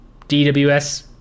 DWS